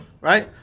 right